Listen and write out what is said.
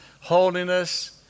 holiness